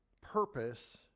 purpose